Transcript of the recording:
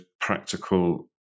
practical